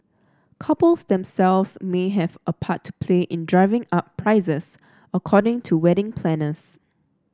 couples themselves may have a part to play in driving up prices according to wedding planners